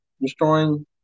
destroying